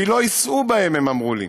כי לא ייסעו בהן, הם אמרו לי.